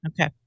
Okay